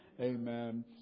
Amen